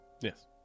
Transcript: Yes